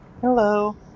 Hello